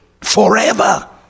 forever